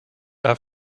are